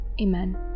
Amen